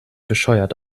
bescheuert